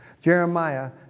Jeremiah